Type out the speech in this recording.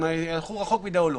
אם הלכו רחוק מדי או לא.